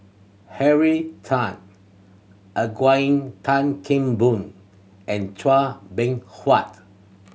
Henry Tan Eugene Tan Kheng Boon and Chua Beng Huat